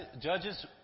Judges